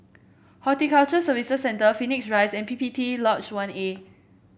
Horticulture Services Centre Phoenix Rise and P P T Lodge One A